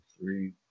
three